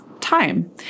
time